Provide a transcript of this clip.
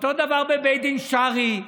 אותו דבר בבית דין שרעי,